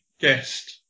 guest